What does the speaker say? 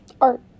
Art